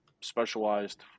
specialized